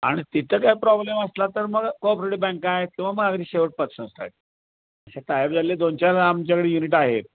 आणि तिथं काय प्रॉब्लेम असला तर मग कॉपरेटिव बँक आहे किंवा मग अगदी शेवट असे टायअप झालेले दोन चार आमच्याकडे युनिट आहेत